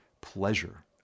pleasure